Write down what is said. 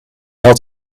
had